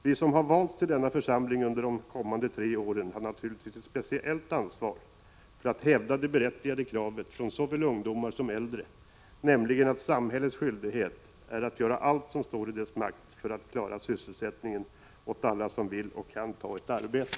Vi som har valts till denna församling för de kommande tre åren har naturligtvis ett speciellt ansvar att hävda det berättigade kravet från såväl ungdomar som äldre att det är samhällets skyldighet att göra allt som står i dess makt för att klara sysselsättning åt alla som vill och kan ta ett arbete.